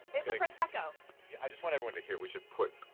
it's a prosecco yeah i just want everyone to hear. we should put.